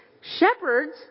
Shepherds